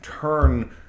turn